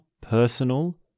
personal